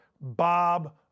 Bob